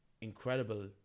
incredible